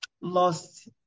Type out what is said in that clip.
lost